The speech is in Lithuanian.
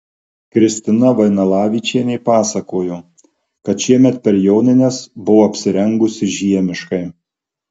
kristina vainalavičienė pasakojo kad šiemet per jonines buvo apsirengusi žiemiškai